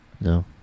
No